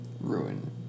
ruin